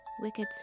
Wicked